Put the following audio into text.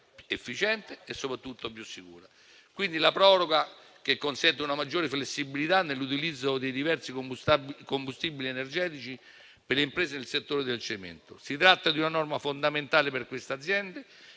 di una norma fondamentale per queste aziende